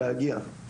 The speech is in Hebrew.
להגיע.